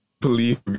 Believe